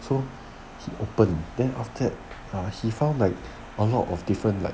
so open then after that he found like a lot of different lah